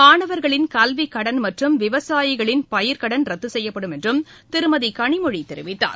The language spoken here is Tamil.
மாணவர்களின் கல்விக் கடன் மற்றும் விவசாயிகளின் பயிர்க்கடன் ரத்து செய்யப்படும் என்றும் திருமதி கனிமொழி தெரிவித்தார்